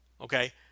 Okay